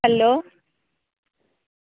hello